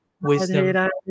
wisdom